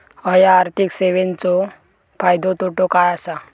हया आर्थिक सेवेंचो फायदो तोटो काय आसा?